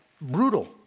brutal